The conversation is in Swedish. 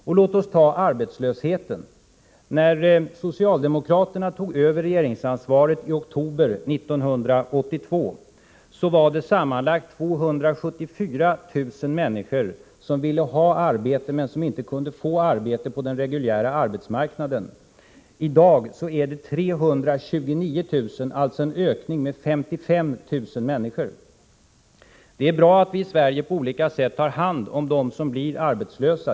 Låt oss sedan ta arbetslösheten. När socialdemokraterna tog över regeringsansvaret i oktober 1982, ville sammanlagt 274 000 människor ha arbete men kunde inte få arbete på den reguljära arbetsmarknaden. I dag är det 329 000, alltså en ökning med 55 000 människor. Det är bra att vi i Sverige på olika sätt tar hand om dem som blir arbetslösa.